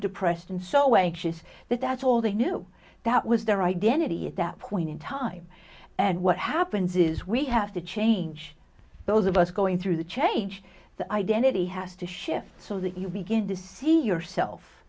depressed and so wages that that's all they knew that was their identity at that point in time and what happens is we have to change those of us going through the change the identity has to shift so that you begin to see yourself